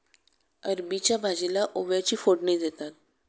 अरबीच्या भाजीला ओव्याची फोडणी देतात